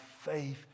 faith